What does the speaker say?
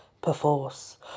perforce